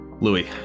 louis